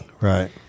Right